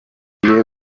winjiye